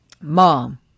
Mom